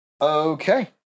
Okay